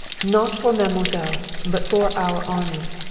not for mademoiselle, but for our army.